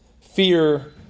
fear